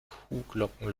kuhglocken